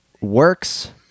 Works